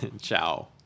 Ciao